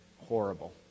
horrible